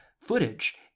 footage